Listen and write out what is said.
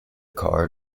car